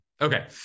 Okay